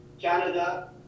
Canada